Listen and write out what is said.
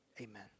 amen